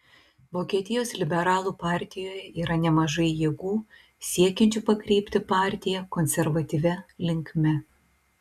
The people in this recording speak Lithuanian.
vokietijos liberalų partijoje yra nemažai jėgų siekiančių pakreipti partiją konservatyvia linkme